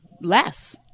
less